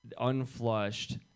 unflushed